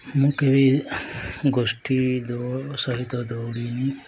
ମୁଁ କେବେ ଗୋଷ୍ଠୀ ଦୌ ସହିତ ଦୌଡ଼ିନି